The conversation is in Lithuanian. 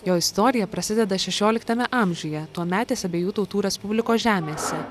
jo istorija prasideda šešioliktame amžiuje tuometės abiejų tautų respublikos žemėse